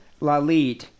Lalit